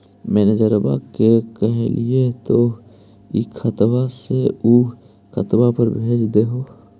मैनेजरवा के कहलिऐ तौ ई खतवा से ऊ खातवा पर भेज देहै?